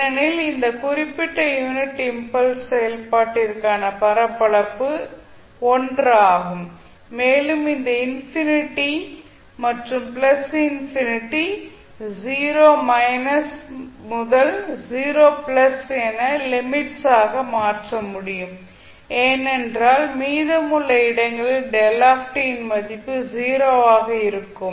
ஏனெனில் இந்த குறிப்பிட்ட யூனிட் இம்பல்ஸ் செயல்பாட்டிற்கான பரப்பளவு 1 ஆக இருக்கும் மேலும் இந்த இன்ஃபினிட்டி மற்றும் பிளஸ் இன்ஃபினிட்டி 0 மைனஸ் முதல் 0 பிளஸ் என லிமிட்ஸ் ஆக மாற்ற முடியும் ஏனென்றால் மீதமுள்ள இடங்களில் இன் மதிப்பு 0 ஆக இருக்கும்